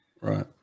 Right